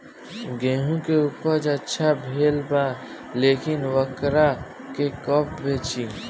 गेहूं के उपज अच्छा भेल बा लेकिन वोकरा के कब बेची?